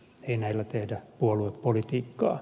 ei näillä tehdä puoluepolitiikkaa